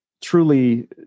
truly